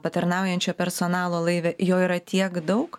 patarnaujančio personalo laive jo yra tiek daug